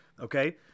Okay